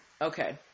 Okay